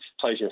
pleasure